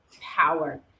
power